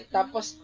Tapos